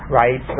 Right